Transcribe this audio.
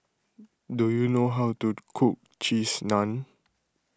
do you know how to cook Cheese Naan